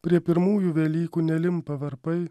prie pirmųjų velykų nelimpa varpai